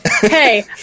hey